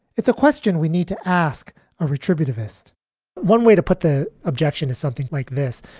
it's a question we need to ask a retributive ist one way to put the objection is something like this.